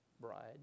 bride